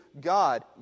God